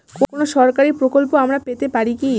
কোন সরকারি প্রকল্প আমরা পেতে পারি কি?